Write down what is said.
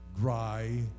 dry